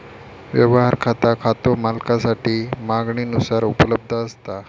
व्यवहार खाता खातो मालकासाठी मागणीनुसार उपलब्ध असता